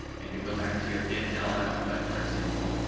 and we go back to your get l output. for example,